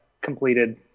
completed